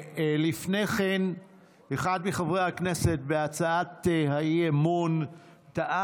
לפני כן אחד מחברי הכנסת טען בהצעת האי-אמון לכל